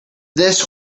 this